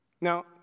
now